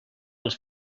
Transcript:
les